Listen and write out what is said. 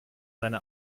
seine